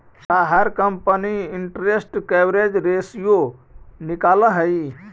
का हर company interest coverage ratio निकालअ हई